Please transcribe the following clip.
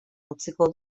utziko